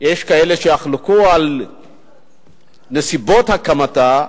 יש כאלה שיחלקו על נסיבות הקמתה,